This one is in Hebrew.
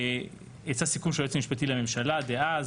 יצא סיכום של היועץ המשפטי לממשלה דאז,